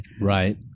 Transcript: Right